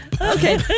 Okay